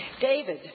David